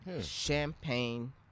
Champagne